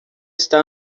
está